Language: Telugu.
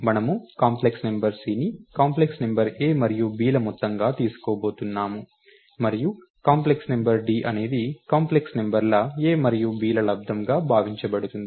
మనము కాంప్లెక్స్ నంబర్ c ను కాంప్లెక్స్ నంబర్ a మరియు b ల మొత్తంగా తీసుకోబోతున్నాము మరియు కాంప్లెక్స్ నంబర్ d అనేది కాంప్లెక్స్ నంబర్ల a మరియు b ల లబ్దముగా భావించబడుతుంది